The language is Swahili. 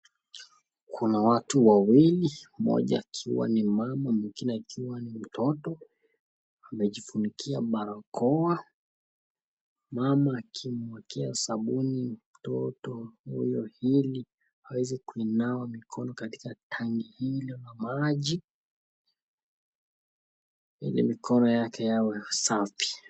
Kuna watu wawili , mmoja akiwa ni mama mwingine akiwa ni mtoto, wamejifunikia barakoa. Mama akumwagia sabuni mtoto huyu ili aweze kuinawa mikono katika tangi hilo la maji ili mikono yake iwe safi.